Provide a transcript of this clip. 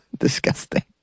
Disgusting